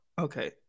okay